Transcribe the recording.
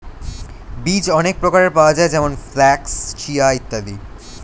বীজ অনেক প্রকারের পাওয়া যায় যেমন ফ্ল্যাক্স, চিয়া ইত্যাদি